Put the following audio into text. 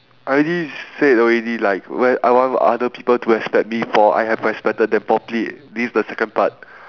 I already said already like well I want other people to respect me for I have respected them properly this is my second part